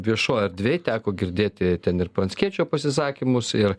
viešoj erdvėj teko girdėti ten ir pranckiečio pasisakymus ir